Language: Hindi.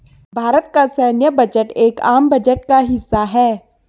भारत का सैन्य बजट एक आम बजट का हिस्सा है